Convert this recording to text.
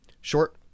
Short